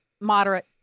moderate